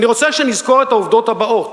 אני רוצה שנזכור את העובדות הבאות: